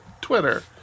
Twitter